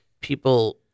people